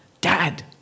dad